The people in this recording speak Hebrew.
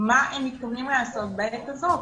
מה הם מתכוונים לעשות בעת הזאת,